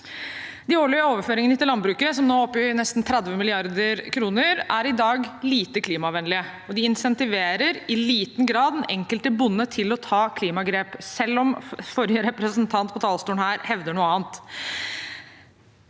De årlige overføringene til landbruket, som nå er oppe i nesten 30 mrd. kr, er i dag lite klimavennlige. De stimulerer i liten grad den enkelte bonde til å ta klimagrep, selv om forrige representant på talerstolen her hevder noe annet.